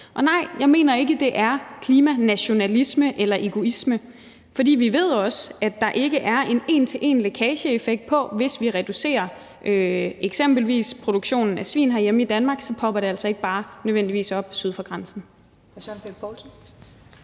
Og nej, jeg mener ikke, det er klimanationalisme eller -egoisme, for vi ved også, at der ikke er en en til en-lækageeffekt, så hvis vi f.eks. reducerer produktionen af svin herhjemme i Danmark, popper det altså ikke bare nødvendigvis op syd for grænsen.